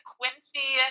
Quincy